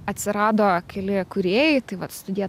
atsirado keli kūrėjai tai vat studija